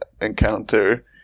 encounter